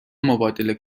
مبادله